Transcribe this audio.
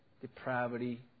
depravity